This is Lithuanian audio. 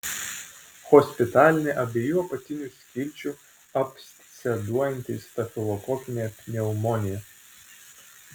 hospitalinė abiejų apatinių skilčių absceduojanti stafilokokinė pneumonija